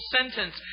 sentence